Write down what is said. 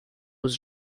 was